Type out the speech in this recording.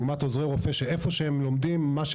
לעומת עוזרי רופא שמה שהם מתמחים,